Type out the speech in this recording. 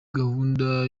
gahunda